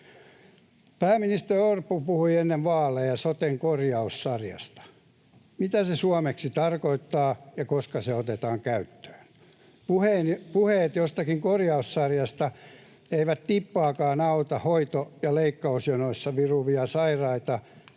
Pääministeri Orpo puhui ennen vaaleja soten korjaussarjasta. Mitä se suomeksi tarkoittaa, ja koska se otetaan käyttöön? Puheet jostakin korjaussarjasta eivät tippaakaan auta hoito- ja leikkausjonoissa viruvia sairaita